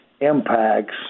impacts